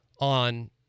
on